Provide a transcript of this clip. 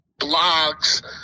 blogs